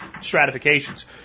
stratifications